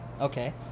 Okay